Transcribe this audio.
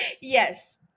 yes